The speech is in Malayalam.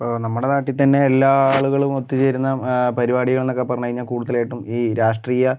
ഇപ്പോൾ നമ്മുടെ നാട്ടിൽ തന്നെ എല്ലാ ആളുകളും ഒത്തുചേരുന്ന പരിപാടികൾ എന്നൊക്കെ പറഞ്ഞു കഴിഞ്ഞാൽ കൂടുതലായിട്ടും ഈ രാഷ്ട്രീയ